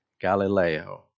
Galileo